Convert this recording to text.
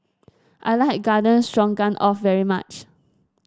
I like Garden Stroganoff very much